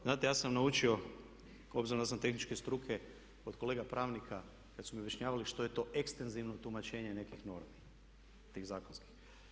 Znate, ja sam naučio obzirom da sam tehničke struke od kolega pravnika kad su mi objašnjavali što je to ekstenzivno tumačenje nekih normi, tih zakonskih.